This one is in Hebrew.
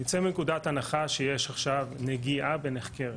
נצא מנקודת הנחה שיש עכשיו נגיעה בנחקרת,